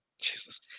Jesus